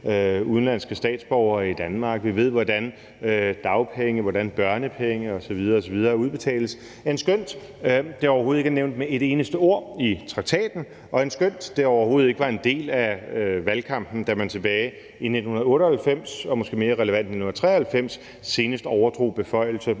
udenlandske statsborgere i Danmark. Vi ved, hvordan dagpenge og børnepenge osv. osv. udbetales, end skønt det overhovedet ikke er nævnt med et eneste ord i traktaten, og end skønt det overhovedet ikke var en del af valgkampen, da man tilbage i 1998 og måske mere relevant i 1993 senest overdrog beføjelser